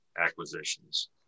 acquisitions